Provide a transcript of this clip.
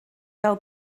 fel